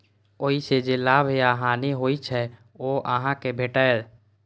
ओइ सं जे लाभ या हानि होइ छै, ओ अहां कें भेटैए